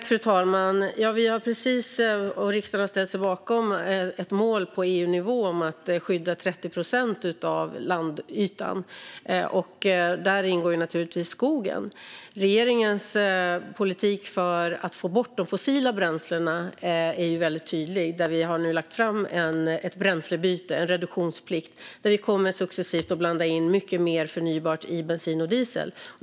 Fru talman! Riksdagen har precis ställt sig bakom ett mål på EU-nivå om att skydda 30 procent av landytan. Där ingår naturligtvis skogen. Regeringens politik för att få bort de fossila bränslena är väldigt tydlig. Vi har nu lagt fram ett bränslebyte, en reduktionsplikt, och kommer successivt att blanda in mycket mer förnybart i bensin och diesel.